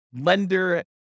lender